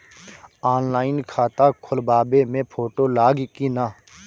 Online खाता खोलबाबे मे फोटो लागि कि ना?